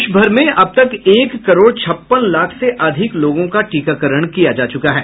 देश भर में अब तक एक करोड़ छप्पन लाख से अधिक लोगों का टीकाकरण किया जा चुका है